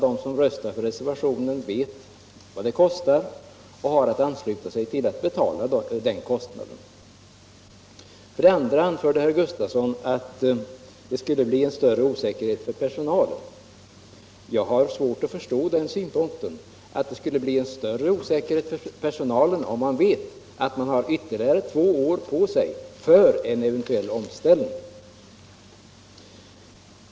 De som röstar för reservationen vet vad det kostar och har att ansluta sig till att betala den kostnaden. För det andra anförde herr Gustafsson i Uddevalla att vårt förslag skulle medföra större osäkerhet för personalen. Jag har svårt att förstå den synpunkten att det skulle bli en större osäkerhet för personalen om den vet att den har ytterligare två år på sig för en eventuell omställning.